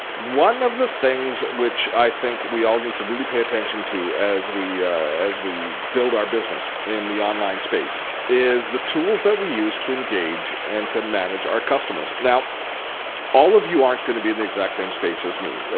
one of the things which i think we all need to really pay attention to as we as we build our business in the online space is the tools that we use to engage and to manage our customers. now all of you aren't going to be in exact same space as me.